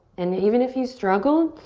and even if you struggle,